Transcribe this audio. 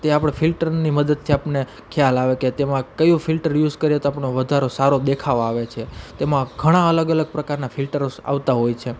તે આપણે ફિલ્ટરની મદદથી આપને ખ્યાલ આવે કે તેમાં કયું ફિલ્ટર યુસ કરીએ તો આપને વધારે સારો દેખાવ આવે છે તેમાં ઘણા અલગ અલગ પ્રકારના ફિલટર્સ આવતા હોય છે